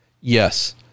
Yes